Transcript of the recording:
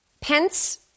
Pence